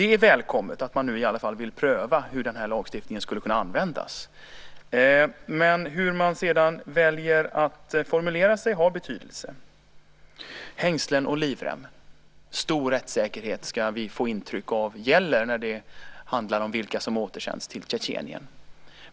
Det är välkommet att man nu i alla fall vill pröva hur den här lagstiftningen skulle kunna användas. Hur man sedan väljer att formulera sig har betydelse. Hängslen och livrem, stor rättssäkerhet ska vi få intryck av gäller när det handlar om vilka som återsänds till Tjetjenien.